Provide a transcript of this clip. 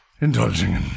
indulging